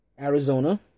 Arizona